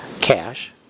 cash